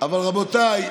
אבל רבותיי,